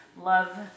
love